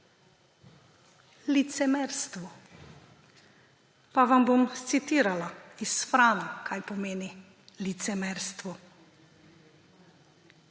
Licemerstvo. Pa vam bom citirala s Frana, kaj pomeni licemerstvo.